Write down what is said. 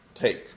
take